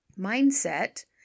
Mindset